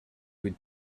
with